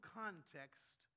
context